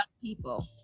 people